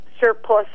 Surplus